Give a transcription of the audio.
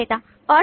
विक्रेता और